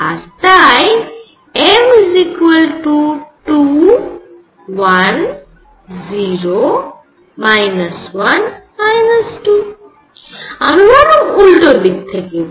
আর তাই m 2 1 0 1 2 আমি বরং উল্টো দিক থেকে বলি